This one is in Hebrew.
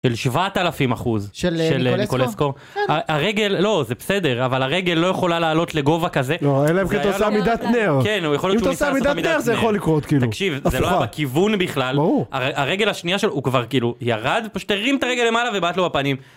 אל שבעת אלפים אחוז, של ניקולסקו. הרגל, לא, זה בסדר, אבל הרגל לא יכולה לעלות לגובה כזה. לא, אלא אם אתה עושה עמידת נר. כן, הוא יכול לעשות עמידת נר. אם אתה עושה עמידת נר זה יכול לקרות, כאילו. תקשיב, זה לא היה בכיוון בכלל, הרגל השנייה שלו הוא כבר כאילו, ירד, פשוט תרים את הרגל למעלה ובאת לו בפנים.